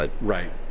Right